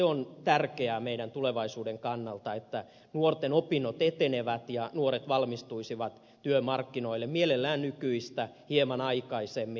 on tärkeää meidän tulevaisuutemme kannalta että nuorten opinnot etenevät ja nuoret valmistuisivat työmarkkinoille mielellään nykyistä hieman aikaisemmin